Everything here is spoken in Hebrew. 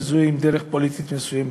מזוהה עם דרך פוליטית מסוימת.